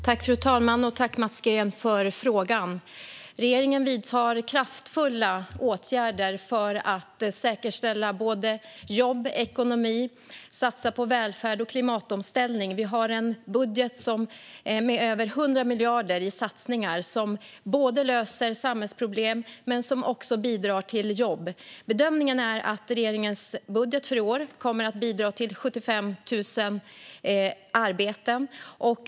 Fru talman! Tack, Mats Green, för frågan! Regeringen vidtar kraftfulla åtgärder för att säkerställa både jobb och ekonomi och satsa på välfärd och klimatomställning. Vi har en budget med över 100 miljarder i satsningar som både löser samhällsproblem och bidrar till jobb. Bedömningen är att regeringens budget för i år kommer att bidra till 75 000 arbeten.